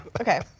okay